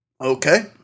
Okay